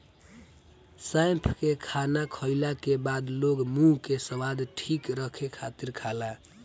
सौंफ के खाना खाईला के बाद लोग मुंह के स्वाद ठीक रखे खातिर खाला